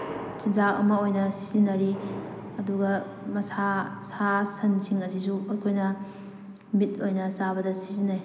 ꯆꯤꯟꯖꯥꯛ ꯑꯃ ꯑꯣꯏꯅ ꯁꯤꯖꯤꯟꯅꯔꯤ ꯑꯗꯨꯒ ꯃꯁꯥ ꯁꯥ ꯁꯟꯁꯤꯡ ꯑꯁꯤꯁꯨ ꯑꯩꯈꯣꯏꯅ ꯃꯤꯠ ꯑꯣꯏꯅ ꯆꯥꯕꯗ ꯁꯤꯖꯤꯟꯅꯩ